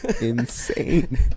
insane